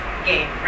Game